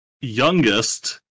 youngest